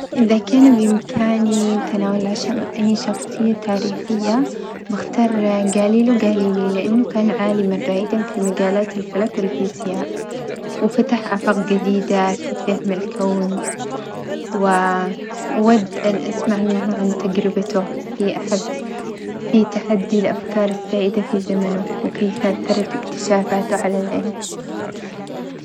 إذا كان بإمكاني تناول العشاء مع أي شخصية تاريخية بختار جاليلو جاليلي لأنه كان عالمًا رائدًا في مجالات الفلك والفيزياء وفتح آفاق جديدة في فهم الكون، وأود أن أسمع منه عن تجربته في أحد في تحدي الأفكار السائدة في زمنه وكيف أثرت إكتشافاته على العلم.